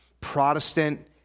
Protestant